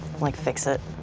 like fix it.